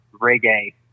reggae